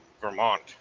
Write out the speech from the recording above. Vermont